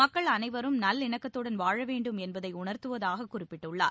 மக்கள் அனைவரும் நல்லிணக்கத்துடன் வாழ வேண்டும் என்பதை உண்த்துவதாக குறிப்பிட்டுள்ளார்